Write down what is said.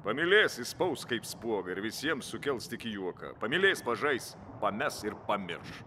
pamylės išspaus kaip spuogą ir visiems sukels tik juoką pamylės pažais pames ir pamirš